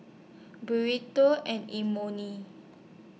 Burrito and Imoni